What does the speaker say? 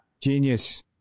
Genius